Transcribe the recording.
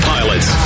Pilots